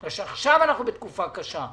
מפני שעכשיו אנחנו בתקופה קשה.